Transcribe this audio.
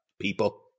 people